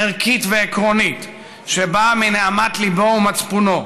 ערכית ועקרונית שבאה מנהמת ליבו ומצפונו.